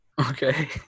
Okay